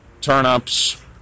Turnips